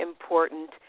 important